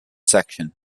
section